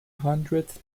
hundredth